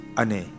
ane